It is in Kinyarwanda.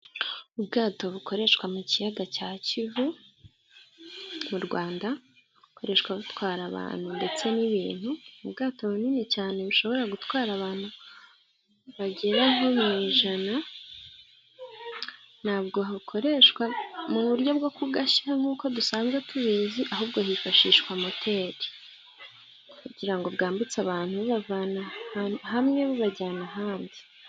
Ubwato bukoreshwa mu kiyaga cya kivu mu Rwanda, bukoreshwa butwara abantu ndetse n'ibintu. Ubwato bunini cyane bushobora gutwara abantu bagera nko mu ijana, ntabwo hakoreshwa mu buryo bwo kugashya nk'uko dusanzwe tubizi, ahubwo hifashishwa moteri, kugira ngo bwambutse abantu, bubavana ahantu hamwe, bubajyana ahandi.